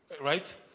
right